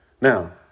Now